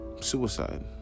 suicide